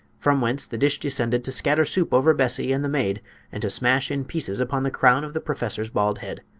from whence the dish descended to scatter soup over bessie and the maid and to smash in pieces upon the crown of the professor's bald head.